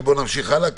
אבל בוא נמשיך הלאה,